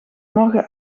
morgen